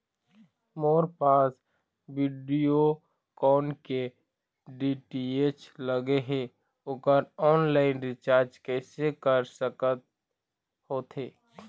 मोर पास वीडियोकॉन के डी.टी.एच लगे हे, ओकर ऑनलाइन रिचार्ज कैसे कर सकत होथे?